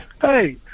Hey